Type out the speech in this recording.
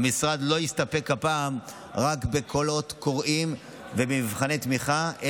והפעם המשרד לא יסתפק רק בקולות קוראים ובמבחני תמיכה,